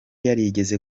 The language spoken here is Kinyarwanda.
yarigeze